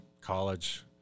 college